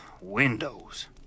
windows